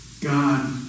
God